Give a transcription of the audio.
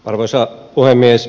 arvoisa puhemies